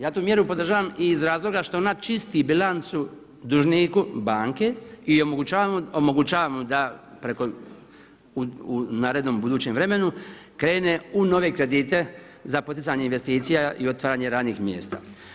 Ja tu mjeru podržavam i iz razloga što ona čisti bilancu dužniku banke i omogućava mu da preko u narednom budućem vremenu krene u nove kredite za poticanje investicija i otvaranje radnih mjesta.